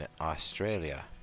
Australia